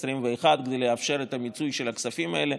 כדי לאפשר את המיצוי של הכספים האלה.